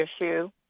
issue